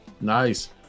nice